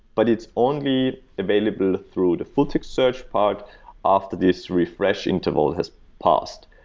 but it's only available through the full-text search part after this refresh interval has parsed.